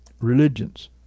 religions